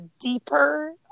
deeper